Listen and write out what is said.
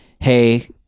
hey